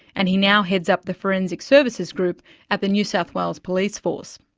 and he now heads up the forensic services group at the new south wales police force.